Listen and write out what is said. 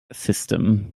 system